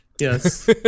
yes